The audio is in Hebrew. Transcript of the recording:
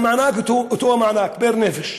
והמענק הוא אותו המענק, פר-נפש.